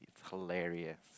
hilarious